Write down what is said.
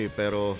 pero